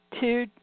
two